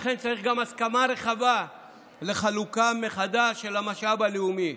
לכן צריך גם הסכמה רחבה לחלוקה מחדש של המשאב הלאומי,